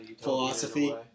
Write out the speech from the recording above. philosophy